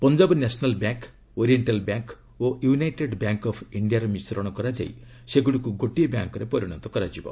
Punjab national bank oriental bank ଓ united bank of ଇଷ୍ଠିଆର ମିଶ୍ରଣ କରାଯାଇ ସେଗୁଡ଼ିକୁ ଗୋଟିଏ ବ୍ୟାଙ୍କ୍ରେ ପରିଣତ କରାଯିବ